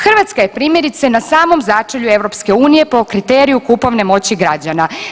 Hrvatska je primjerice na samom začelju EU po kriteriju kupovne moći građana.